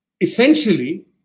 essentially